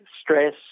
stress